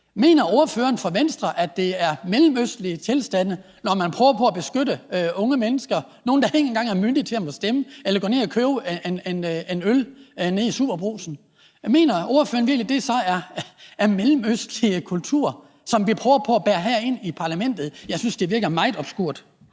Mener ordføreren fra Venstre, at det er mellemøstlige tilstande, når man prøver på at beskytte unge mennesker – nogle, der ikke engang er myndige og må stemme eller gå ned og købe en øl nede i SuperBrugsen? Mener ordføreren virkelig, det så er mellemøstlige kulturer, som vi prøver på at bære herind i parlamentet? Jeg synes, det virker meget obskurt.